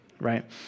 right